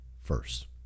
first